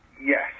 Yes